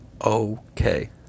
okay